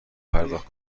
پرداخت